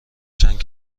چند